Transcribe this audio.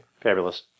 Fabulous